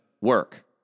work